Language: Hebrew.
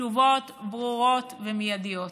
תשובות ברורות ומיידיות.